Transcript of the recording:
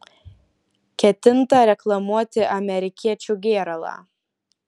ketinta reklamuoti amerikiečių gėralą